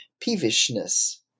peevishness